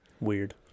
Weird